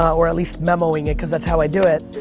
or at least memoing it cause that's how i do it.